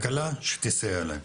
הקלה שתסייע להם.